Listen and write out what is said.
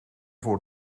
voor